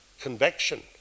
convection